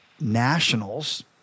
nationals